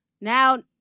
Now